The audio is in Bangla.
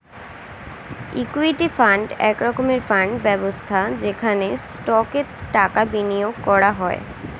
ইক্যুইটি ফান্ড এক রকমের ফান্ড ব্যবস্থা যেখানে স্টকে টাকা বিনিয়োগ করা হয়